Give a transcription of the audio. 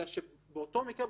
אלא שבאותו מקרה,